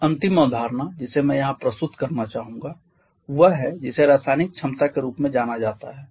एक अंतिम अवधारणा जिसे मैं यहां प्रस्तुत करना चाहूंगा वह है जिसे रासायनिक क्षमता के रूप में जाना जाता है